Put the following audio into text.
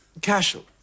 Cashel